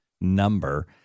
number